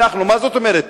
מה זאת אומרת?